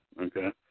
okay